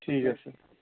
ঠিক আছে